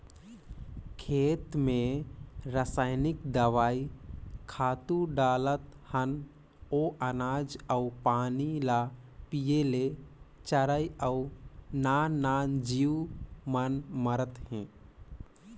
खेत मे रसइनिक दवई, खातू डालत हन ओ अनाज अउ पानी ल पिये ले चरई अउ नान नान जीव मन मरत हे